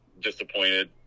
disappointed